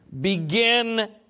Begin